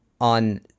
on